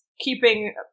keeping